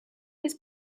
his